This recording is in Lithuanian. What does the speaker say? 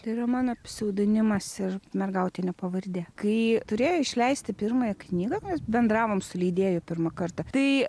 tai yra mano pseudonimas ir mergautinė pavardė kai turėjo išleisti pirmąją knygą mes bendravom su leidėju pirmą kartą tai